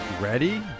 Ready